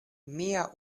mia